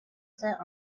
set